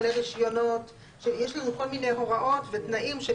יש לנו כל מיני הוראות ותנאים.